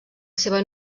seva